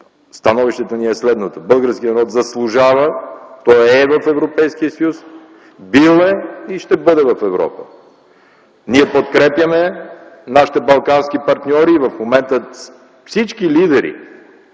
становището ни е следното: българският народ заслужава, той е в Европейския съюз, бил и ще бъде в Европа. Ние подкрепяме нашите балкански партньори. В момента всички лидери